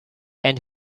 and